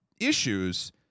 issues